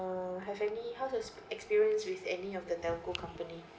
have any how's your experience with any of the telco company